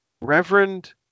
Reverend